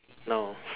no